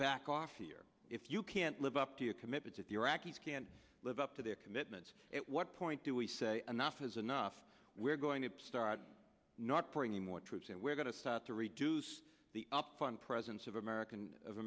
back off here if you can't live up to you committed to the iraqis can't live up to their commitments at what point do we say enough is enough we're going to start not bringing more troops and we're going to start to reduce the upfront presence of american